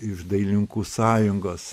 iš dailininkų sąjungos